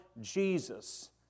Jesus